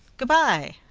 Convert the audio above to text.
good-bye!